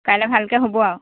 কাইলৈ ভালকৈ হ'ব আৰু